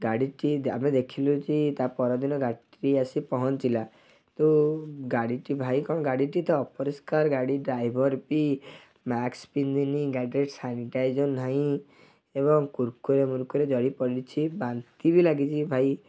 ଗାଡ଼ିଟି ଆମେ ଦେଖିଲୁ ଯେ ତାପର ଦିନ ଗାଡ଼ିଟି ଆସି ପହଞ୍ଚିଲା କିନ୍ତୁ ଗାଡ଼ିଟି ଭାଇ କଣ ଗାଡ଼ିଟି ତ ଅପରିଷ୍କାର ଗାଡ଼ି ଡ୍ରାଇଭର୍ ବି ମାସ୍କ୍ ପିନ୍ଧିନି ଗାଡ଼ିରେ ସାନିଟାଇଜର୍ ନାହିଁ ଏବଂ କୁରକୁରେମୁରକୁରେ ଜରି ପଡ଼ିଛି ବାନ୍ତି ବି ଲାଗିଛି ଭାଇ